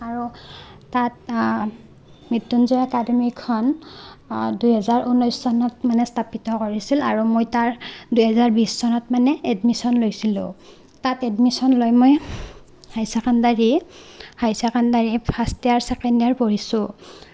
আৰু তাত মৃত্যুঞ্জয় একাডেমীখন দুই হেজাৰ ঊনৈছ চনত মানে স্থাপিত কৰিছিল আৰু মই তাৰ দুই হেজাৰ বিছ চনত মানে এডমিশ্যন লৈছিলোঁ তাত এডমিশ্যন লৈ মই হাই ছেকাণ্ডেৰী হাই ছেকেণ্ডেৰীৰ ফাৰ্ষ্ট ইয়াৰ ছেকেণ্ড ইয়াৰ পঢ়িছোঁ